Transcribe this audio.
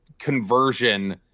conversion